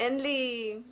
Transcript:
אין לי מילים.